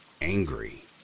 angry